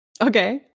okay